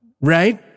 Right